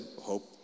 hope